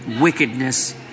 wickedness